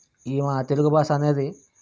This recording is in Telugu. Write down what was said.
ఈ మా తెలుగు భాష అనేది